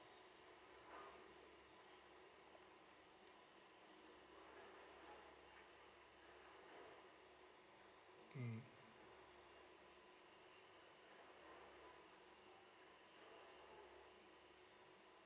mm